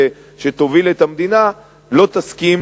שתוביל את המדינה לא תסכים